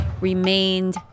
remained